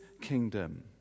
kingdom